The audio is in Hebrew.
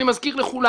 אני מזכיר לכולם